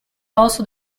also